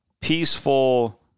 peaceful